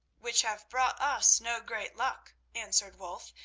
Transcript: which have brought us no great luck, answered wulf,